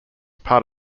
part